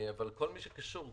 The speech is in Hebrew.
כל מי שקשור,